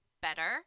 better